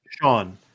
Sean